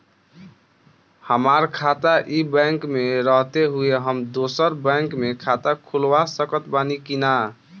हमार खाता ई बैंक मे रहते हुये हम दोसर बैंक मे खाता खुलवा सकत बानी की ना?